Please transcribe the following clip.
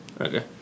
Okay